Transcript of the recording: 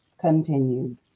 continued